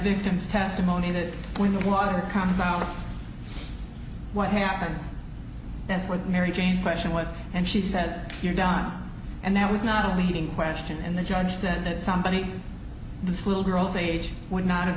victim's testimony that when the water comes out what happens that's what mary jane's question was and she says here don and that was not a leading question and the judge said that somebody in this little girl's age would not have